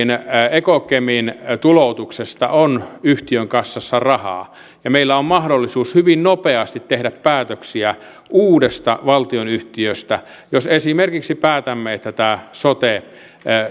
ekokemin tuloutuksesta on yhtiön kassassa rahaa ja meillä on mahdollisuus hyvin nopeasti tehdä päätöksiä uudesta valtionyhtiöstä jos esimerkiksi päätämme että sote